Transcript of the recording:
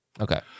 Okay